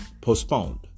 postponed